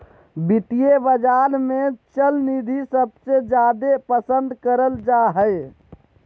वित्तीय बाजार मे चल निधि सबसे जादे पसन्द करल जा हय